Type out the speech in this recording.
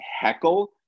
Heckle